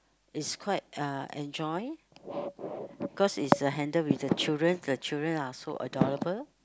it's quite uh enjoy because is handle with the children the children are so adorable